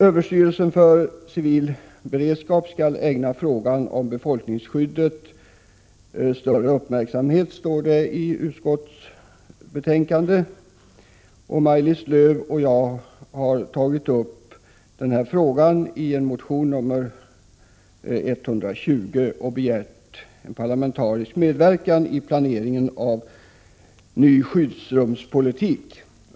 Överstyrelsen för civil beredskap skall ägna frågan om befolkningsskyddet större uppmärksamhet, står det i utskottsbetänkandet. Maj-Lis Lööw och jag har tagit upp denna fråga i motion Fö1l20 och begärt en parlamentarisk medverkan i planeringen av en ny skyddsrumspolitik.